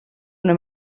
una